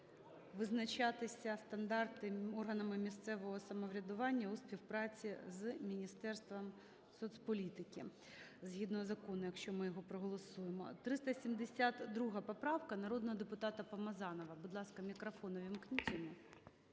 визначатися стандарти органами місцевого самоврядування у співпраці з Міністерством соцполітики, згідно закону, якщо ми його проголосуємо. 372 поправка, народного депутата Помазанова. Будь ласка, мікрофон увімкніть